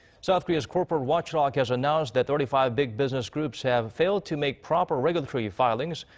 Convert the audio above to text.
south korea's corporate watchdog has announced that thirty five big business groups have failed to make proper regulatory filings.